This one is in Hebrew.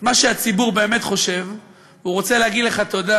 מה שהציבור באמת חושב, הוא רוצה להגיד לך תודה